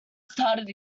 started